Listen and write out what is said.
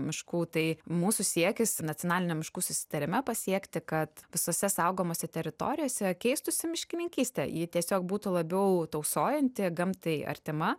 miškų tai mūsų siekis nacionaliniam miškų susitarime pasiekti kad visose saugomose teritorijose keistųsi miškininkystė ji tiesiog būtų labiau tausojanti gamtai artima